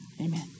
Amen